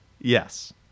Yes